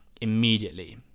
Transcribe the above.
immediately